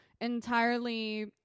entirely